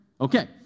Okay